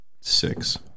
six